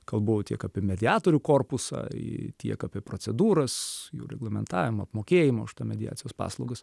kalbu tiek apie mediatorių korpusą į tiek apie procedūras jų reglamentavimą apmokėjimą už tą mediacijos paslaugas